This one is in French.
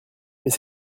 mais